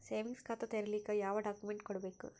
Savings ಖಾತಾ ತೇರಿಲಿಕ ಯಾವ ಡಾಕ್ಯುಮೆಂಟ್ ಕೊಡಬೇಕು?